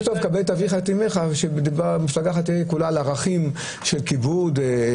"כבד את אביך ואת אמך" זה כשמדובר על מפלגה שכולה על ערכים של כיבוד,